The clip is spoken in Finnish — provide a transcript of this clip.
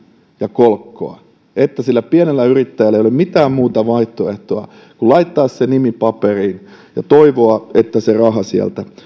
ja kolkkoa että sillä pienellä yrittäjällä ei ole mitään muuta vaihtoehtoa kuin laittaa se nimi paperiin ja toivoa että se raha sieltä